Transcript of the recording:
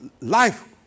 life